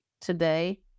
today